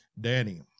danny